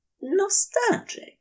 nostalgic